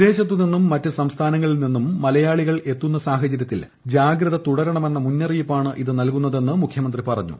വിദേശത്തു നിന്നും മറ്റു സംസ്ഥാനങ്ങളിൽ നിന്നും മലയാളികൾ എത്തുന്ന സാഹചര്യത്തിൽ ജാഗ്രത തുടരണമെന്ന മുന്നറിയിപ്പാണ് ഇത് നൽകുന്നതെന്ന് മുഖ്യമന്ത്രി പറഞ്ഞു